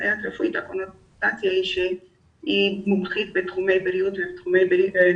לסייעת אישית יש קונוטציה שהיא מומחית בתחומי בריאות ורפואה,